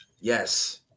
yes